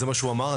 זה מה שהוא אמר?